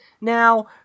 Now